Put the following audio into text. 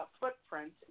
footprint